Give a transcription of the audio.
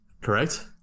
correct